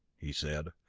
he said,